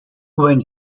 when